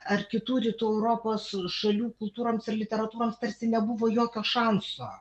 ar kitų rytų europos šalių kultūroms ir literatūroms tarsi nebuvo jokio šanso